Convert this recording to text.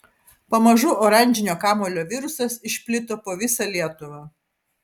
pamažu oranžinio kamuolio virusas išplito po visą lietuvą